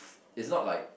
is not like